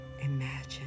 imagine